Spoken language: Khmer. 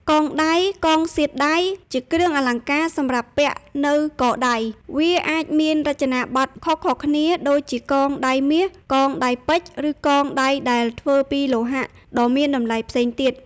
កងដៃ កងសៀតដៃ ជាគ្រឿងអលង្ការសម្រាប់ពាក់នៅកដៃ វាអាចមានរចនាបថខុសៗគ្នា ដូចជាកងដៃមាស កងដៃពេជ្រ ឬកងដៃដែលធ្វើពីលោហៈដ៏មានតម្លៃផ្សេងទៀត។